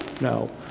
No